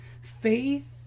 Faith